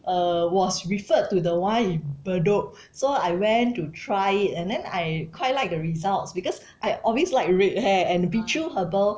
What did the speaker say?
err was referred to the one in bedok so I went to try it and then I quite like the results because I always like red hair and Bee Choo herbal